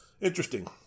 Interesting